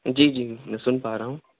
جی جی میں سُن پا رہا ہوں